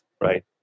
right